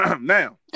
Now